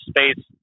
space